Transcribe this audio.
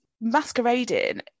masquerading